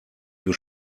you